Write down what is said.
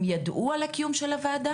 הם ידעו על הקיום של הוועדה?